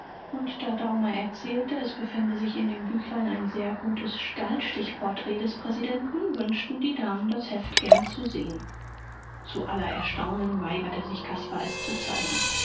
und da daumer erzählte es befände sich in dem büchlein ein sehr gutes stahlstichporträt des präsidenten wünschten die damen das heft gern zu sehen zu aller erstaunen weigerte sich caspar es zu zeigen